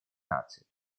наций